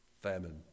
Famine